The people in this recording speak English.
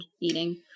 eating